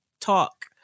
talk